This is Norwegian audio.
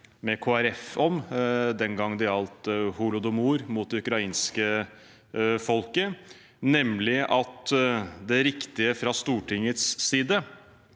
om den gangen det gjaldt holodomor mot det ukrainske folket, nemlig at det riktige fra Stortingets side